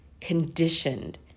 conditioned